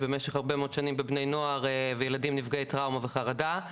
במשך הרבה מאוד שנים בבני נוער וילדים נפגעי טראומה וחרדה,